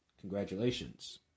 Congratulations